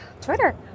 Twitter